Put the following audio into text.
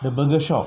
the butcher shop